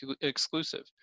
exclusive